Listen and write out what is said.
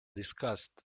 discussed